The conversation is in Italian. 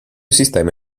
sistema